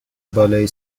بالای